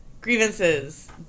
Grievances